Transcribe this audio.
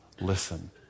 listen